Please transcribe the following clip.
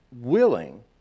willing